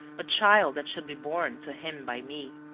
a child that should be born to him by me.